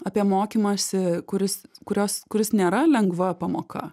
apie mokymąsi kuris kurios kuris nėra lengva pamoka